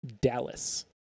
Dallas